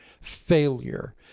failure